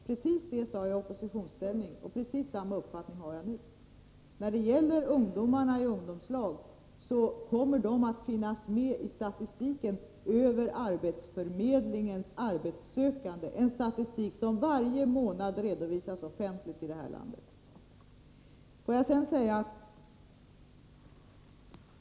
Precis det sade jag när vi var i oppositionsställning, och precis samma uppfattning har jag nu. Ungdomarna i ungdomslag kommer att finnas med i statistiken över arbetsförmedlingens arbetssökande, en statistik som här i landet redovisas offentligt varje månad.